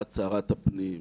הפנים,